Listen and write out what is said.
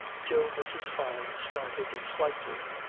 till mrs. fyne started slightly.